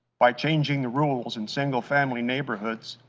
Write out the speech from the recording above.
by changing the rules in single-family neighborhoods,